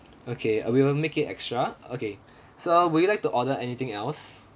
okay uh we will make it extra okay so would you like to order anything else